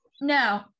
No